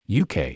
UK